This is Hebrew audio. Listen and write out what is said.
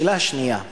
השאלה השנייה,